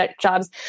jobs